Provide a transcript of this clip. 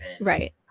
Right